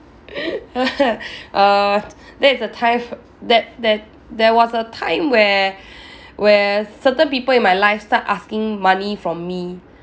err that's the time there there there was a time where where certain people in my life start asking money from me